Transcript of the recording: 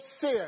sin